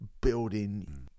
building